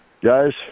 guys